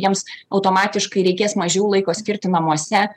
jiems automatiškai reikės mažiau laiko skirti namuose